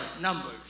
numbers